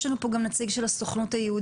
יש לנו פה גם נציג של הסוכנות היהודית?